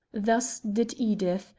thus did edith,